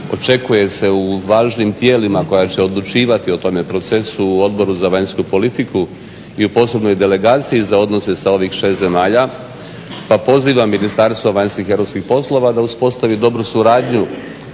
očekuje se u važnim tijelima koja će odlučivati o tome procesu u Odboru za vanjsku politiku i u posebnoj delegaciji za odnose sa ovih 6 zemalja, pa pozivam Ministarstvo vanjskih i europskih poslova da uspostavi dobru suradnju